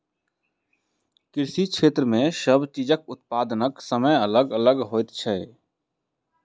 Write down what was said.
कृषि क्षेत्र मे सब चीजक उत्पादनक समय अलग अलग होइत छै